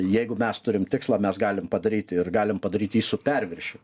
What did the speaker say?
jeigu mes turim tikslą mes galim padaryti ir galim padaryt jį su perviršiu